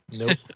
Nope